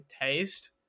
taste